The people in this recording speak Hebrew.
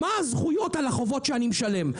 מה הזכויות על החובות שאני משלם?